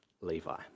Levi